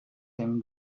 him